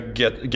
get